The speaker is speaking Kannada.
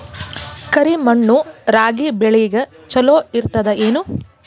ಕರಿ ಮಣ್ಣು ರಾಗಿ ಬೇಳಿಗ ಚಲೋ ಇರ್ತದ ಏನು?